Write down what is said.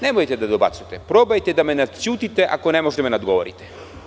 Nemojte da dobacujete, probajte da me nadćutite ako ne možete da me nadgovorite.